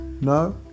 No